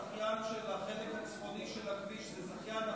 הזכיין של החלק הצפוני של הכביש הוא זכיין אחר.